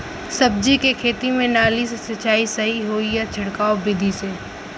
सब्जी के खेती में नाली से सिचाई सही होई या छिड़काव बिधि से?